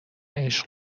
عشق